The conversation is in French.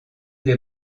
des